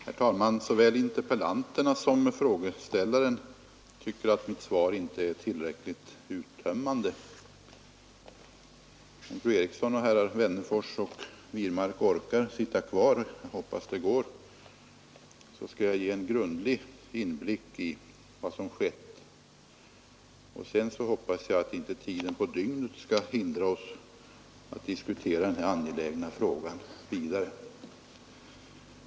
Herr talman! Såväl interpellanterna som frågeställaren tycker att mitt svar inte är tillräckligt uttömmande. Om fru Eriksson i Stockholm och herrar Wennerfors och Wirmark orkar sitta kvar — jag hoppas att det är möjligt — skall jag ge en grundlig överblick över vad som skett. Sedan hoppas jag att inte tiden på dygnet skall hindra oss att diskutera denna angelägna fråga vidare.